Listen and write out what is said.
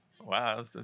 wow